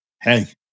hey